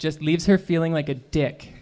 just leaves her feeling like a dick